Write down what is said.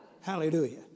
Hallelujah